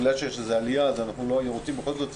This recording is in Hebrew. בגלל שיש איזו עלייה במספר הנדבקים אז אנחנו רוצים בכל זאת לראות.